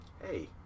Hey